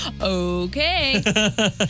okay